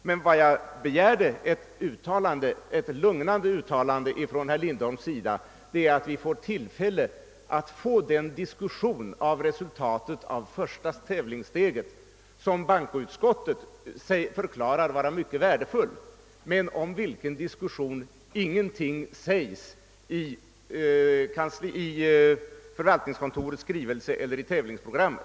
Men vad jag begärde var ett lugnande uttalande från herr Lindholm om att vi får tillfälle att föra den diskussion om resultatet av det första tävlingssteget som bankoutskottet förklarar vara mycket värdefull men om vilken ingenting sägs 1 förvaltningskontorets skrivelse eller i tävlingsprogrammet.